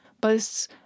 boasts